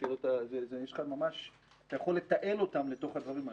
ואתה יכול לתעל אותו לתוך הדברים האלה.